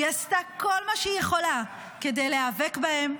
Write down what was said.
והיא עשתה כל מה שהיא יכולה כדי להיאבק בהם,